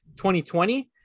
2020